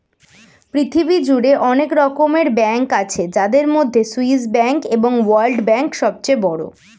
পৃথিবী জুড়ে অনেক রকমের ব্যাঙ্ক আছে যাদের মধ্যে সুইস ব্যাঙ্ক এবং ওয়ার্ল্ড ব্যাঙ্ক সবচেয়ে বড়